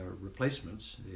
replacements